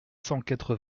cent